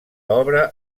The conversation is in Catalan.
obra